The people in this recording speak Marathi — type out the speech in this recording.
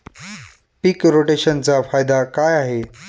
पीक रोटेशनचा फायदा काय आहे?